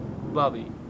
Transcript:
Bobby